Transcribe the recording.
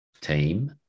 team